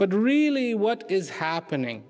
but really what is happening